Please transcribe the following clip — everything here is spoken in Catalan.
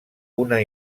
una